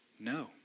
No